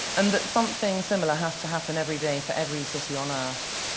and that something similar has to happen every day for every city on earth,